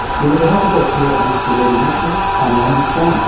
you're with the health report here on abc radio national, i'm norman swan